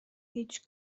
هیچ